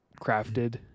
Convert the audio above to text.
crafted